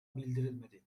bildirilmedi